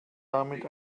damit